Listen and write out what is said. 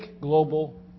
global